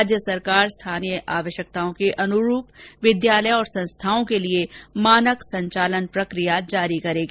राज्य सरकार स्थानीय आवश्यकताओं के अनुरूप विद्यालयों और संस्थाओं के लिए मानक संचालन प्रकिया जारी करेगी